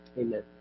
Amen